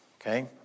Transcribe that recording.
okay